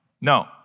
no